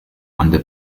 under